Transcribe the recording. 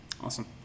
Awesome